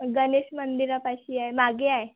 गणेश मंदिरापाशी आहे मागे आहे